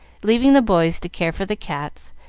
leaving the boys to care for the cats,